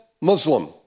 Muslim